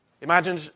Imagine